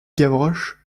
gavroche